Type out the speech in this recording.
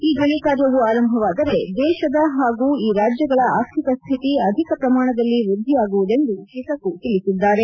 ಈ ಗಣಿ ಕಾರ್ಯವು ಆರಂಭವಾದರೆ ದೇಶದ ಹಾಗೂ ಈ ರಾಜ್ಯಗಳ ಆರ್ಥಿಕ ಸ್ಥಿತಿ ಅಧಿಕ ಪ್ರಮಾಣದಲ್ಲಿ ವೃದ್ದಿಯಾಗುವುದೆಂದು ಕಿಸಕು ತಿಳಿಸಿದ್ದಾರೆ